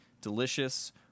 delicious